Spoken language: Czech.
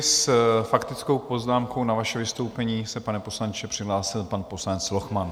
S faktickou poznámkou na vaše vystoupení se, pane poslanče, přihlásil pan poslanec Lochman.